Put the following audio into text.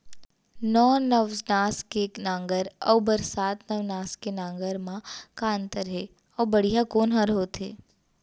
नौ नवनास के नांगर अऊ बरसात नवनास के नांगर मा का अन्तर हे अऊ बढ़िया कोन हर होथे?